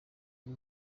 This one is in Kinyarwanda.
uyu